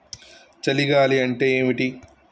చలి గాలి అంటే ఏమిటి?